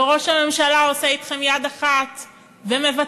וראש הממשלה עושה אתכם יד אחת ומבטל.